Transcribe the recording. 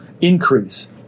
increase